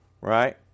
right